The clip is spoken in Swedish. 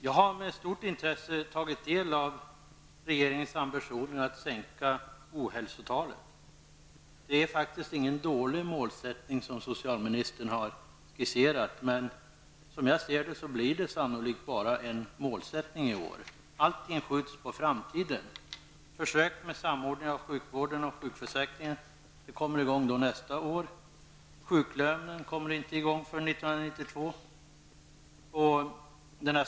Jag har med stort intresse tagit del av regeringens ambition att sänka ohälsotalet. Det är ingen dålig målsättning som socialministern har skisserat. Som jag ser det blir det dock bara en målsättning i år. Allt skjuts på framtiden. Försök med samordning av sjukvården och sjukförsäkringen kommer i gång nästa år. Sjuklön kommer inte i gång förrän 1992.